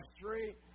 three